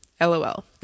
LOL